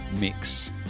mix